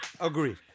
Agree